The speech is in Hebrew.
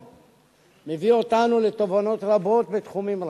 מביא אותנו לתובנות רבות בתחומים רבים.